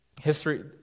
history